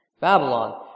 Babylon